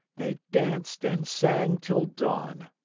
they danced and sang till dawn.